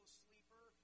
sleeper